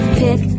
pick